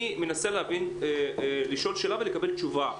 אני מנסה לשאול שאלה ולקבל תשובה.